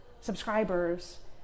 subscribers